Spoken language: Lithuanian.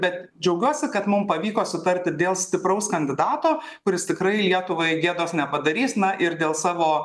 bet džiaugiuosi kad mums pavyko sutarti dėl stipraus kandidato kuris tikrai lietuvai gėdos nepadarys na ir dėl savo